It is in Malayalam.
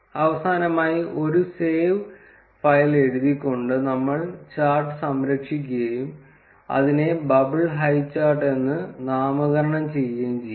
അവസാനമായി ഒരു സേവ് ഫയൽ എഴുതിക്കൊണ്ട് നമ്മൾ ചാർട്ട് സംരക്ഷിക്കുകയും അതിനെ ബബിൾ ഹൈചാർട്ട് എന്ന് നാമകരണം ചെയ്യുകയും ചെയ്യാം